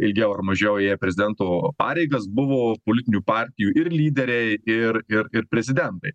ilgiau ar mažiau ėję prezidento pareigas buvo politinių partijų lyderiai ir ir ir prezidentai